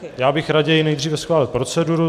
Já bych raději nejdříve schválil proceduru.